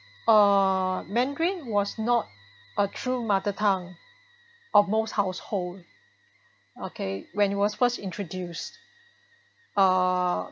ah Mandarin was not a true mother tongue of most household okay when it was first introduced ah